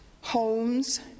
homes